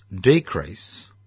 decrease